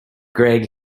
greg